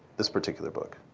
this particular book.